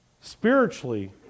spiritually